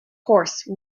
horse